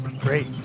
great